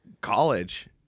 college